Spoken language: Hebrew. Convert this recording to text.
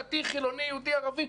דתי, חילוני, יהודי, ערבי.